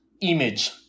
image